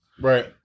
Right